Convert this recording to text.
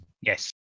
Yes